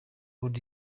would